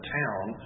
town